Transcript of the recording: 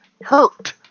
hurt